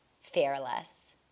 fearless